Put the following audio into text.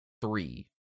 three